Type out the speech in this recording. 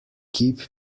keep